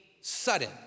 sudden